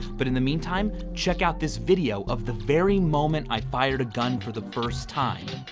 but, in the meantime, check out this video of the very moment i fired a gun for the first time.